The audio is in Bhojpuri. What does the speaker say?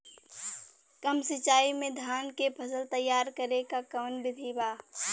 कम सिचाई में धान के फसल तैयार करे क कवन बिधि बा?